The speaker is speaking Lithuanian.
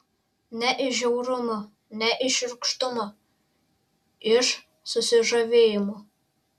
ne iš žiaurumo ne iš šiurkštumo iš susižavėjimo